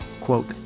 quote